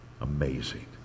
amazing